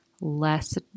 less